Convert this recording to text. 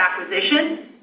acquisition